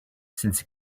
since